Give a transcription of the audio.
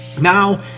Now